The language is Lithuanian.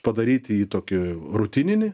padaryti jį tokį rutininį